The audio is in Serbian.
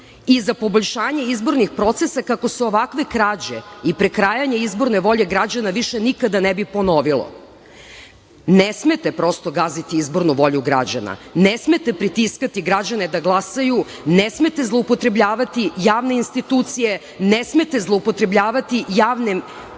i za poboljšanje izbornih procesa kako se ovakve krađe i prekrajanje izborne volje građana više nikada ne bi ponovilo. Ne smete prosto gaziti izbornu volju građana, ne smete pritiskati građane da glasaju, ne smete zloupotrebljavati javne institucije, ne smete zloupotrebljavati javne